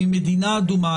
ממדינה אדומה,